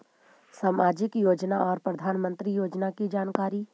समाजिक योजना और प्रधानमंत्री योजना की जानकारी?